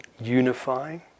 unifying